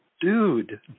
dude